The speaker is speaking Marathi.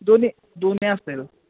दोन्ही दोन्ही असतील